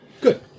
Good